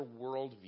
worldview